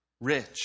Rich